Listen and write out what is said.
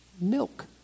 milk